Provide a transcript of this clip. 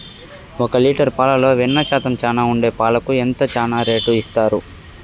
ఒక లీటర్ పాలలో వెన్న శాతం చానా ఉండే పాలకు ఎంత చానా రేటు ఇస్తారు?